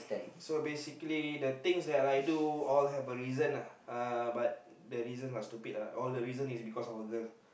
so basically the things that I do all have a reason uh but the reason are stupid lah all the reason is because of a girl